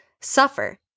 suffer